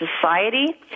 society